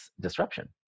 disruption